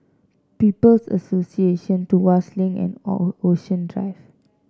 People's Association Tuas Link and Ocean Drive